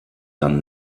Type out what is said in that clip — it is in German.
dann